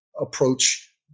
approach